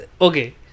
Okay